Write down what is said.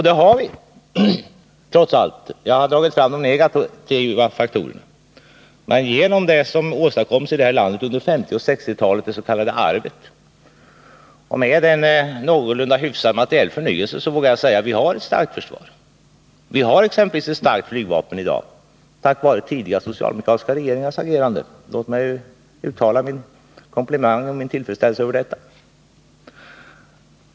Det har vi trots allt. Jag har dragit fram de negativa faktorerna, men med hänsyn till vad man försvarsdeparteåstadkom i det här landet under 1950 och 1960-talen, dets.k. arvet, och med mentets verksamhänsyn till en någorlunda god materiell förnyelse vågar jag hävda att vi har ett hetsområde starkt försvar. Vi har exempelvis ett starkt flygvapen tack vare tidigare socialdemokratiska regeringars agerande. Låt mig uttala min högaktning och tillfredsställelse över detta.